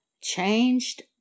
changed